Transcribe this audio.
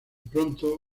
pronto